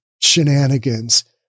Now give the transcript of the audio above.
shenanigans